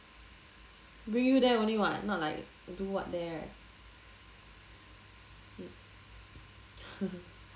bring you there only [what] not like do what there haha